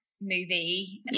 movie